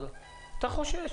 אבל אני חושש,